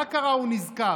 מה קרה שהוא נזכר?